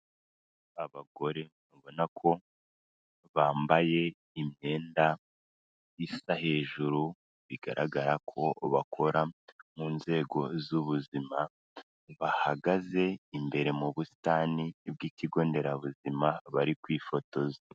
Abagore ubona ko bambaye imyenda isa hejuru bigaragara ko bakora mu nzego z'ubuzima, bahagaze imbere mu busitani bw'ikigo nderabuzima bari kwifotoza.